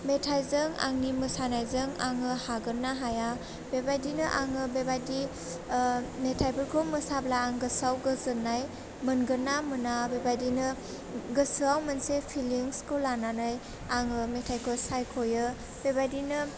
मेथाइजों आंनि मोसानायजों आङो हागोन ना हाया बेबायदिनो आङो बेबायदि मेथाइफोरखौ मोसाब्ला आं गोसोआव गोजोननाय मोनगोन ना मोना बेबायदिनो गोसोआव मोनसे फिलिंसखौ लानानै आङो मेथाइखौ सायखयो बेबायदिनो